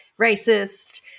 racist